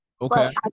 Okay